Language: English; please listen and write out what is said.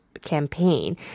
campaign